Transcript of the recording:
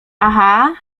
aha